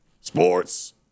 Sports